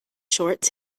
shorts